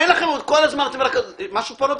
כל הזמן משהו לא בסדר.